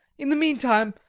in the meantime,